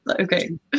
Okay